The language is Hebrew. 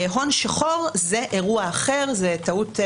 הון שחור זה אירוע אחר, זו טעות נגררת,